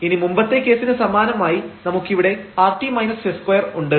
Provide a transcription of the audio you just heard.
ഇനി മുമ്പത്തെ കേസിന് സമാനമായി നമുക്കിവിടെ rt s2 ഉണ്ട്